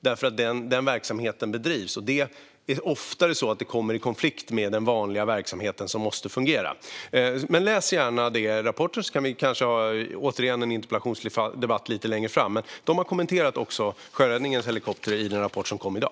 Det är ofta så att det kommer i konflikt med den vanliga verksamheten som måste fungera. Läs gärna rapporten, så kanske vi återigen kan ha en interpellationsdebatt lite längre fram! Men MSB har också kommenterat sjöräddningens helikopter i den rapport som kom i dag.